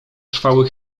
trwały